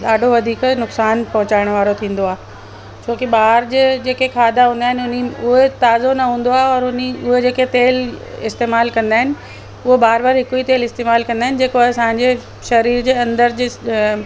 ॾाढो वधीक नुक़सान पहुचाइण वारो थींदो आहे छोकि ॿाहिरि जो जेको खाधा हूंदा आहिनि उहे जेके तेल इस्तेमालु कंदा आहिनि उहो बार बार हिक ई तेल इस्तेमालु कंदा आहिनि जेको असांजे शरीर जे अंदर जी अ